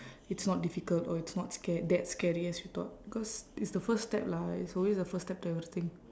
it's not difficult or it's not scar~ that scary as you thought because it's the first step lah it's always the first step to everything